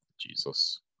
Jesus